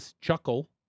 chuckle